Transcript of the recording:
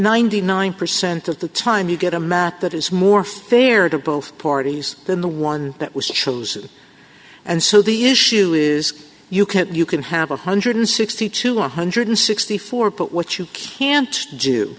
ninety nine percent of the time you get a map that is more fair to both parties than the one that was chosen and so the issue is you can't you can have a hundred and sixty to one hundred sixty four but what you can't do